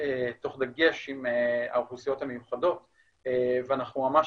תוך דגש עם האוכלוסיות המיוחדות ואנחנו ממש